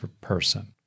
person